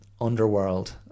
underworld